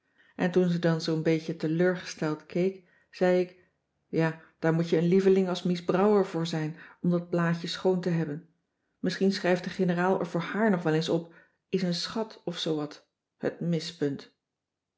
en toen ze dan zoo'n beetje teleurgesteld keek zei ik ja daar moet je een lieveling als mies brouwer voor zijn om dat blaadje schoon te hebben misschien schrijft de generaal er voor haar nog wel eens op is een schat of zoowat het mispunt